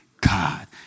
God